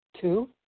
Two